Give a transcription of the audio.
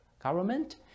government